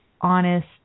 honest